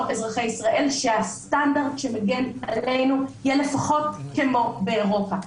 אזרחי ישראל שהסטנדרט שמגן עלינו יהיה לפחות כמו באירופה.